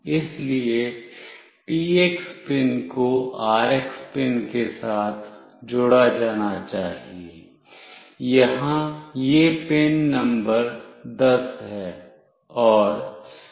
इसलिए TX pin को RX pin के साथ जोड़ा जाना चाहिए यहां यह पिन नंबर 10 है